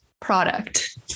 product